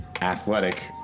athletic